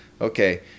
Okay